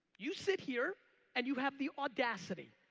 you sit here and you have the audacity.